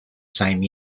same